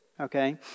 okay